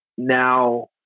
Now